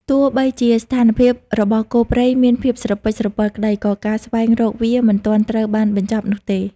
ទោះបីជាស្ថានភាពរបស់គោព្រៃមានភាពស្រពិចស្រពិលក្តី ក៏ការស្វែងរកវាមិនទាន់ត្រូវបានបញ្ចប់នោះទេ។